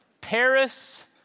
Paris